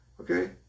Okay